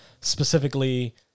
specifically